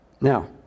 Now